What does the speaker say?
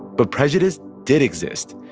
but prejudice did exist.